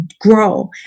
grow